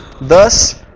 Thus